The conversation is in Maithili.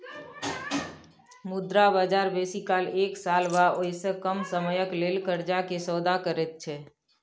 मुद्रा बजार बेसी काल एक साल वा ओइसे कम समयक लेल कर्जा के सौदा करैत छै